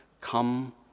come